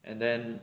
and then